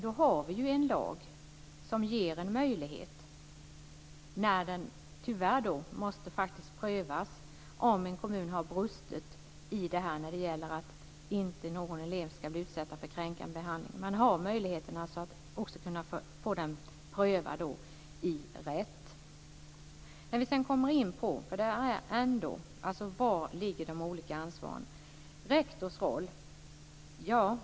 Då har vi ju en lag som ger en möjlighet när det faktiskt måste prövas om en kommun har brustit när det gäller att ingen elev ska bli utsatt för kränkande behandling. Man har möjligheten att också få den prövad i rätten. Jag ska sedan ta upp de olika ansvarsområdena.